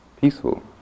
peaceful